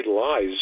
lies